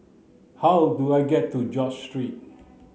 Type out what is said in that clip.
how do I get to George Street